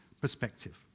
perspective